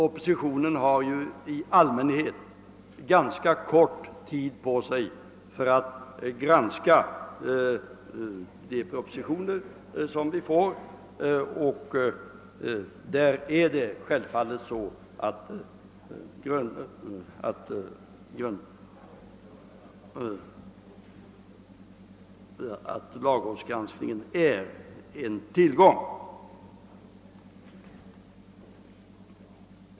Oppositionen har ju i allmän het ganska kort tid på sig för att granska de propositioner som föreläggs riksdagen, och för oss är självfallet lagrådsgranskningen en tillgång.